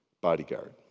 bodyguard